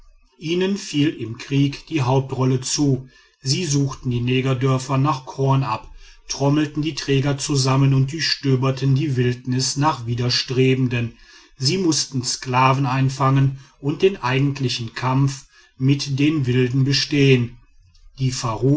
ihnen fiel im krieg die hauptrolle zu sie suchten die negerdörfer nach korn ab trommelten die träger zusammen und durchstöberten die wildnis nach widerstrebenden sie mußten sklaven einfangen und den eigentlichen kampf mit den wilden bestehen die